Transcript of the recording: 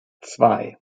zwei